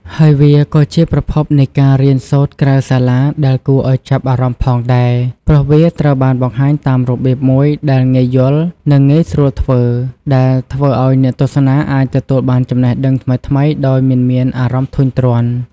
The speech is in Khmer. ហើយវាក៏ជាប្រភពនៃការរៀនសូត្រក្រៅសាលាដែលគួរឲ្យចាប់អារម្មណ៍ផងដែរ ព្រោះវាត្រូវបានបង្ហាញតាមរបៀបមួយដែលងាយយល់ និងងាយស្រួសធ្វើ ដែលធ្វើឲ្យអ្នកទស្សនាអាចទទួលបានចំណេះដឹងថ្មីៗដោយមិនមានអារម្មណ៍ធុញទ្រាន់។